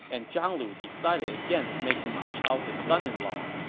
and zhang lu decided against making ma chao his son-in-law.